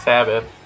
Sabbath